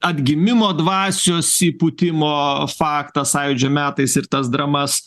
atgimimo dvasios įpūtimo faktą sąjūdžio metais ir tas dramas